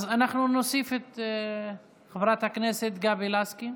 אז אנחנו נוסיף את חברת הכנסת גבי לסקי,